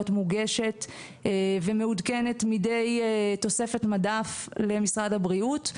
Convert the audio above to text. מוגשת ומעודכנת מדי תוספת מדף למשרד הבריאות,